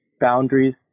boundaries